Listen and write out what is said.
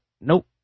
nope